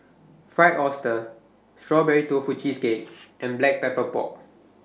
Fried Oyster Strawberry Tofu Cheesecake and Black Pepper Pork